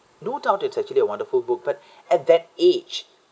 no doubt it's actually a wonderful book but at that age